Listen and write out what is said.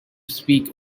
speak